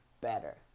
better